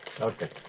Okay